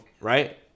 Right